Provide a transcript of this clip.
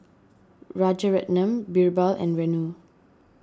Rajaratnam Birbal and Renu